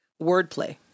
wordplay